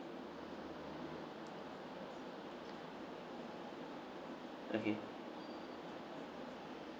okay